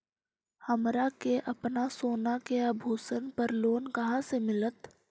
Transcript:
हमरा के अपना सोना के आभूषण पर लोन कहाँ से मिलत?